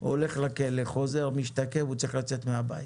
הולך לכלא, חוזר משתקם, הוא צריך לצאת מהבית.